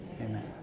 Amen